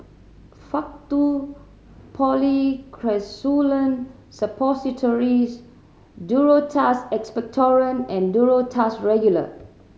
Faktu Policresulen Suppositories Duro Tuss Expectorant and Duro Tuss Regular